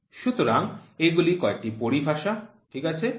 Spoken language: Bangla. সুতরাং এগুলি কয়েকটি পরিভাষা ঠিক আছে